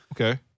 Okay